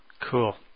cool